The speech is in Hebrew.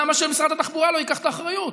למה שמשרד התחבורה לא ייקח את האחריות?